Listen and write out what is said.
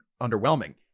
underwhelming